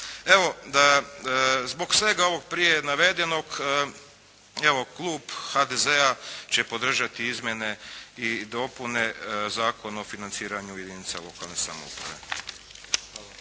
Evo, zbog svega ovog prije navedenog evo klub HDZ-a će podržati izmjene i dopune Zakona o financiranju jedinica lokalne samouprave.